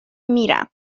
میرم